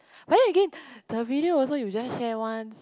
but then again the video also you just share once